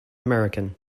american